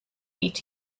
eight